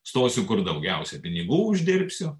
stosiu kur daugiausia pinigų uždirbsiu